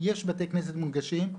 יש בתי כנסת מונגשים,